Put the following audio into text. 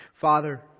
Father